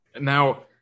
Now